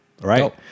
Right